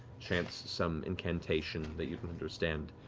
chants some incantation that you don't understand.